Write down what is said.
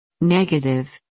Negative